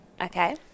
Okay